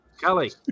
Kelly